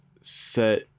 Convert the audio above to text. set